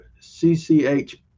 CCH